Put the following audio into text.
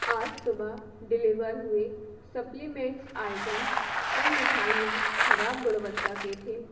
आज सुबह डिलीवर हुए सप्लीमेंट्स आइटम्स और मिठाईयाँ खराब गुणवत्ता के थे